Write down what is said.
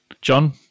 john